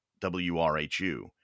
WRHU